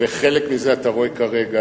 וחלק מזה אתה רואה כרגע,